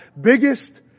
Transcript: Biggest